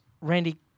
Randy